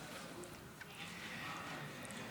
עכשיו הוא לא יודע מה לעשות.